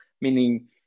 meaning